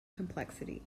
complexity